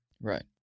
Right